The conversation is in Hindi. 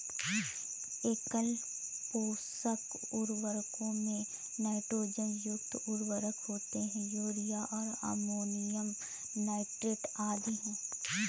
एकल पोषक उर्वरकों में नाइट्रोजन युक्त उर्वरक होते है, यूरिया और अमोनियम नाइट्रेट आदि